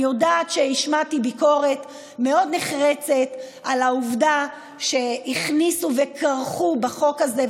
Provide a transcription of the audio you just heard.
אני יודעת שהשמעתי ביקורת מאוד נחרצת על העובדה שהכניסו וכרכו בחוק הזה,